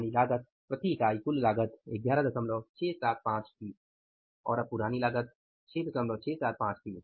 यानि लागत प्रति इकाई कुल लागत 11675 थी और अब पुरानी लागत 6675 थी